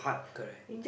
correct